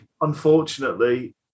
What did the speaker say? unfortunately